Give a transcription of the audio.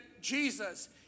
Jesus